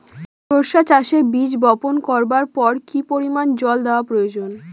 সরিষা চাষে বীজ বপন করবার পর কি পরিমাণ জল দেওয়া প্রয়োজন?